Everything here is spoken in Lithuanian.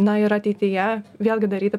na ir ateityje vėlgi daryti